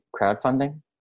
crowdfunding